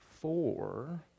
four